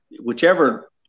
whichever